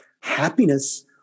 happiness